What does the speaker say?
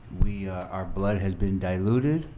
we are our blood has been diluted,